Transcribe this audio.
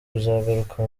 kuzagaruka